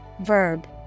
Verb